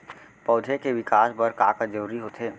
पौधे के विकास बर का का जरूरी होथे?